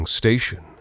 station